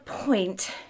point